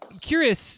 curious